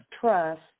trust